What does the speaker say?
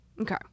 okay